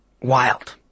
wild